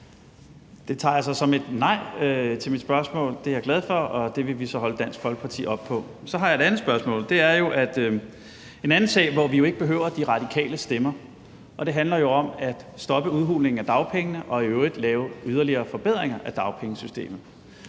Det tager jeg så som et nej til mit spørgsmål. Det er jeg glad for, og det vil vi så holde Dansk Folkeparti op på. Så har jeg et andet spørgsmål. Det angår en anden sag, hvor vi jo ikke behøver De Radikales stemmer, og det handler om at stoppe udhulingen af dagpengene og i øvrigt lave yderligere forbedringer af dagpengesystemet.